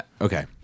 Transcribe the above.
Okay